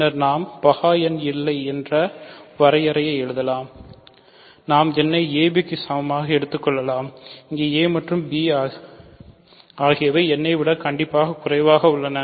பின்னர் நாம் பகா எண்ணாக இல்லை என்ற வரையறையை எழுதலாம் நாம் n ஐ ab க்கு சமமாக எடுத்துக் கொள்ளலாம் இங்கே a மற்றும் b ஆகியவை n ஐ விட கண்டிப்பாக குறைவாக உள்ளன